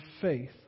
faith